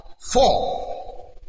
four